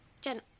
Jen